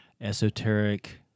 esoteric